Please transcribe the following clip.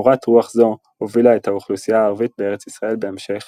מורת רוח זו הובילה את האוכלוסייה הערבית בארץ ישראל בהמשך